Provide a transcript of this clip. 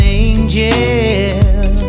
angel